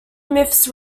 myths